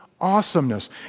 awesomeness